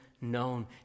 known